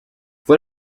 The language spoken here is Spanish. fue